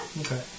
Okay